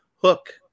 Hook